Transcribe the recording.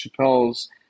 Chappelle's